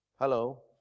Hello